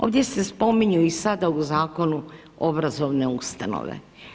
Ovdje se spominju i sada u zakonu obrazovne ustanove.